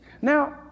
Now